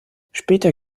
später